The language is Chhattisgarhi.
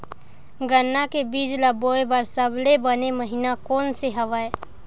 गन्ना के बीज ल बोय बर सबले बने महिना कोन से हवय?